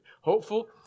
Hopeful